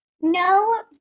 no